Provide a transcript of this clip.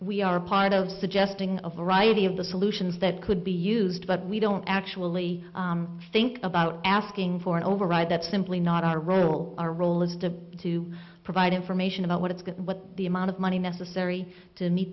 we are part of suggesting a variety of the solutions that could be used but we don't actually think about asking for an override that's simply not our role our role is to to provide information about what is good what the amount of money necessary to meet